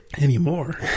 Anymore